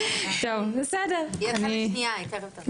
אז אחזור אליה בהמשך,